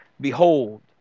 behold